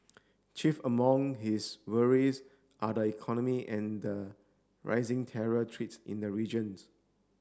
chief among his worries are the economy and the rising terror treats in the regions